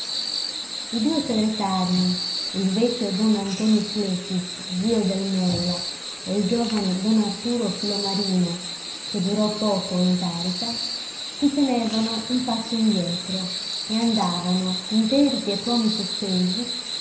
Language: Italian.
i due segretarii il vecchio don antonio sclepis zio del mèola e il giovane don arturo filomarino che durò poco in carica si tenevano un passo indietro e andavano interiti e come sospesi